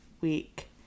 week